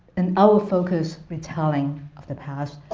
and i will focus retelling of the past,